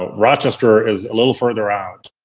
ah rochester is a little further out.